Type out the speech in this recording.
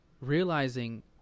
realizing